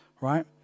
right